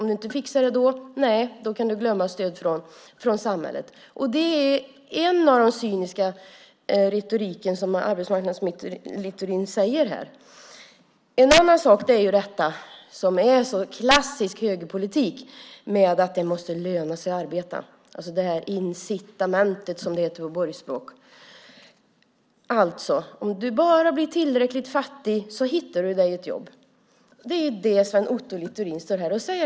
Om du inte fixar det då kan du glömma stöd från samhället. Det är en av de cyniska saker som arbetsmarknadsministern säger här i retoriken. En annan sak är det som är en sådan klassisk högerpolitik: Det måste löna sig att arbeta. Det är incitamentet, som det heter på borgerligt språk. Om du bara blir tillräckligt fattig hittar du ett jobb. Det är vad Sven Otto Littorin står här och säger.